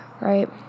right